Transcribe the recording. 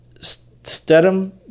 Stedham